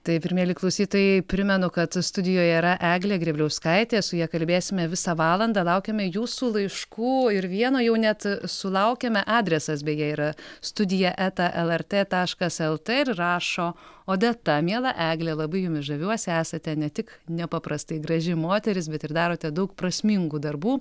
taip ir mieli klausytojai primenu kad studijoje yra eglė grėbliauskaitė su ja kalbėsime visą valandą laukiame jūsų laiškų ir vieno jau net sulaukėme adresas beje yra studija eta lrt taškas lt ir rašo odeta miela egle labai jumis žaviuosi esate ne tik nepaprastai graži moteris bet ir darote daug prasmingų darbų